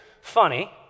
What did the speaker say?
funny